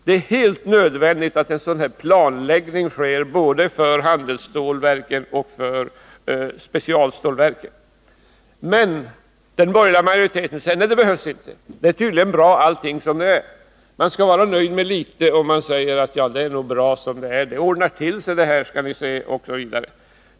Det är helt nödvändigt att en sådan planläggning görs både för handelsstålverken och för specialstålverken. Men den borgerliga majoriteten säger att det inte behövs. Allting är tydligen bra som det är. Man skall vara nöjd med litet som man säger: Det här ordnar sig, skall ni se!